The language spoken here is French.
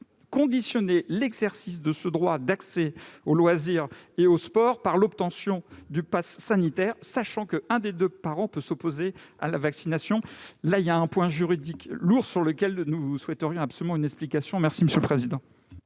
subordonner l'exercice de ce droit d'accès aux loisirs et au sport à l'obtention du passe sanitaire, sachant qu'un des deux parents peut s'opposer à la vaccination. Il y a là un point juridique lourd sur lequel nous souhaiterions absolument une explication. L'amendement